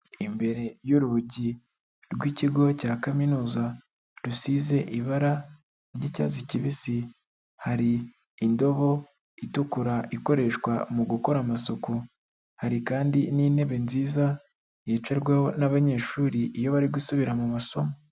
Imbere y'urugi rw'ikigo cya kaminuza rusize ibara ry'icyatsi kibisi, hari indobo itukura ikoreshwa mu gukora amasuku, hari kandi n'intebe nziza yicarwaho n'banyeshuri iyo bari gusubira mu masomo.